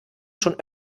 schon